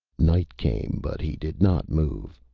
night came, but he did not move.